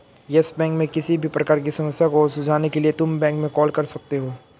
yes Bank में किसी भी प्रकार की समस्या को सुलझाने के लिए तुम बैंक में कॉल कर सकते हो